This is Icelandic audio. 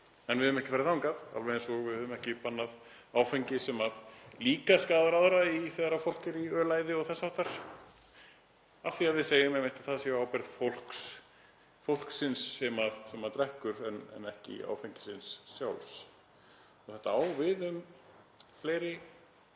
En við höfum ekki farið þangað, alveg eins og við höfum ekki bannað áfengi sem líka skaðar aðra, eins og þegar fólk er ölvað og þess háttar, af því að við segjum einmitt að það sé á ábyrgð fólksins sem drekkur en ekki áfengisins sjálfs. Þetta á við um fleiri